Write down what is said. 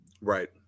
Right